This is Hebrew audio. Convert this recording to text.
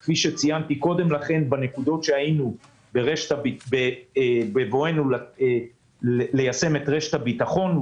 מאוד בנקודות שהיינו בבואנו ליישם את רשת הביטחון,